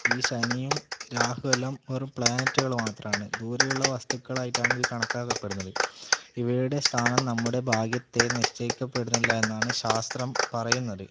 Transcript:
ഈ ശനിയും രാഹുവും എല്ലാം വെറും പ്ലാനറ്റുകൾ മാത്രമാണ് ദൂരെയുള്ള വസ്തുക്കളായിട്ടാണ് ഇത് കണക്കാക്കപ്പെടുന്നത് ഇവയുടെ സ്ഥാനം നമ്മുടെ ഭാഗ്യത്തെ നിശ്ചയിക്കപ്പെടുന്നില്ല എന്നാണ് ശാസ്ത്രം പറയുന്നത്